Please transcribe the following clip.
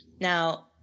now